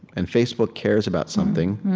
and facebook cares about something,